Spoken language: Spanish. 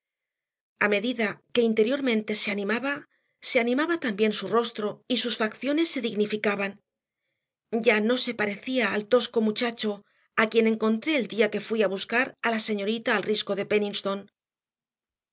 aplicación a medida que interiormente se animaba se animaba también su rostro y sus facciones se dignificaban ya no se parecía al tosco muchacho a quien encontré el día que fui a buscar a la señorita al risco de